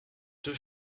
deux